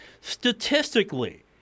statistically